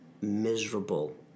miserable